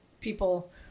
people